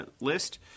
list